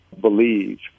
believe